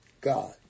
God